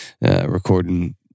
recording